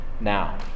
now